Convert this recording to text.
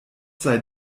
sei